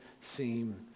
seem